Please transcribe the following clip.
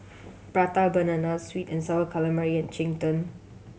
Prata Banana sweet and Sour Calamari and cheng tng